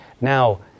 Now